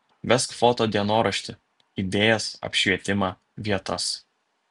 vesk foto dienoraštį idėjas apšvietimą vietas